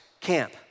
camp